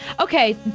okay